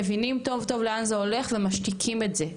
מבינים טוב טוב לאן זה הולך ומשתיקים את זה,